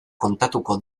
kontatuko